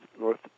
north